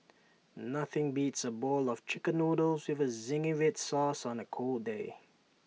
nothing beats A bowl of Chicken Noodles with Zingy Red Sauce on A cold day